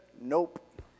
nope